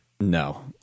No